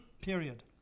period